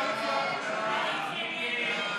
ההסתייגות (246) של חברת הכנסת יעל גרמן